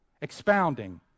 Expounding